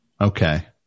Okay